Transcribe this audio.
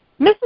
Mrs